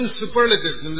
superlatives